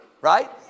right